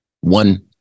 one